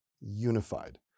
unified